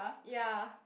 ya